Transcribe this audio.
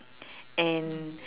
and